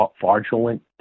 fraudulent